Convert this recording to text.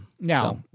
Now